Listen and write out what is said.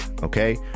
Okay